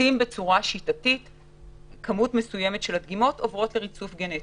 באופן שיטתי וקבוע כמות מסוימת של הדגימות עוברת לריצוף גנטי.